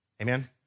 Amen